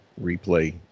replay